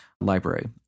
library